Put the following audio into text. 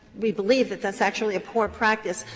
we believe that that's actually a poor practice.